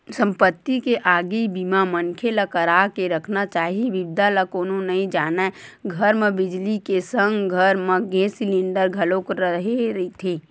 संपत्ति के आगी बीमा मनखे ल करा के रखना चाही बिपदा ल कोनो नइ जानय घर म बिजली के संग घर म गेस सिलेंडर घलोक रेहे रहिथे